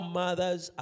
mothers